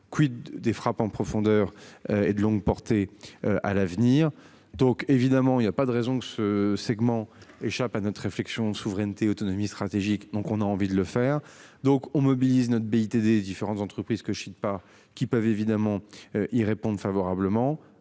quid des frappes en profondeur et de longue portée à l'avenir. Donc évidemment il y a pas de raison que ce segments échappe à notre réflexion souveraineté autonomie stratégique. Donc on a envie de le faire donc on mobilise notre BITD différentes entreprises que Shilpa qui peuvent évidemment ils répondent favorablement